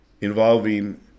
involving